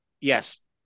yes